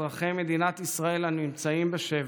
אזרחי מדינת ישראל הנמצאים בשבי,